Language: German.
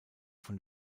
von